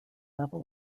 level